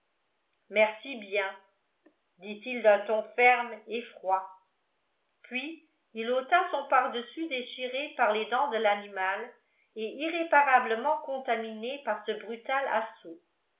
merci bien dit-il d'un ton ferme et froid puis il ôta son pardessus déchiré par les dents de l'animal et irréparablement contaminé par ce brutal assaut